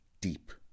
deep